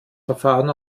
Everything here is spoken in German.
verfahren